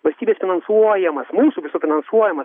valstybės finansuojamas mūsų visų finansuojamas